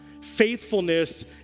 Faithfulness